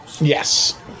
Yes